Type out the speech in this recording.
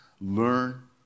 learn